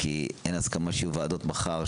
כי אין הסכמה שיהיו ועדות מחר,